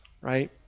right